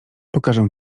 pokażę